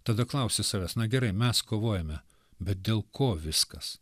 tada klausi savęs na gerai mes kovojame bet dėl ko viskas